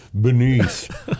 beneath